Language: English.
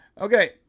Okay